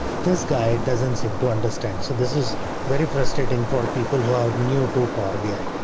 this guy doesn't seem to understand, so this is very frustrating for people who are new to power bi.